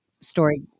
story